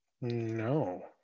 No